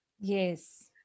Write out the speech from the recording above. Yes